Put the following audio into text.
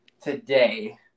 today –